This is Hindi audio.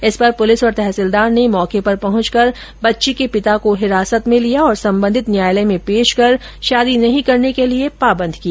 इस पर पुलिस और तहसीलदार ने मौके पर पहुंचकर बच्ची के पिता को हिरासत में ले लिया और संबंधित न्यायालय में पेश कर शादी नही करने के लिये पाबंद किया